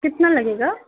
کتنا لگے گا